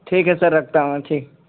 ٹھیک ہے سر رکھتا ہوں ٹھیک